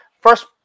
first